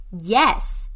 Yes